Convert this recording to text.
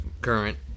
current